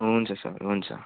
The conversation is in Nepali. हुन्छ सर हुन्छ